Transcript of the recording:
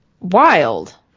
Wild